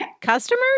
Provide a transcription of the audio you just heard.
customers